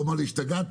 הוא אמר לי: השתגעתם?